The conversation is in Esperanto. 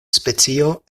specio